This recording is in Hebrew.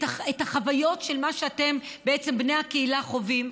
את החוויות, את מה שאתם, בני הקהילה, חווים.